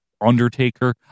Undertaker